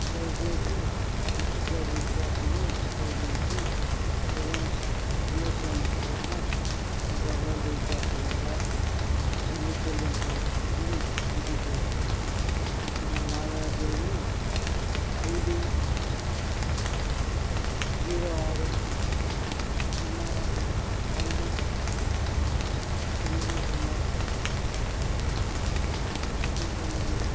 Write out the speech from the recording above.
దయచేసి ఉచిత రీఛార్జ్ని ఉపయోగించి రిలయన్స్ జీఎస్ఎం కోసం నా మొబైల్ రీఛార్జ్ లేదా బిల్లు చెల్లింపు స్థితిని తనిఖీ చేయండి నా లావాదేవీ ఐడీ జీరో ఆరు సున్నా రెండు తొమ్మిది సున్నా ఒకటి తొమ్మిది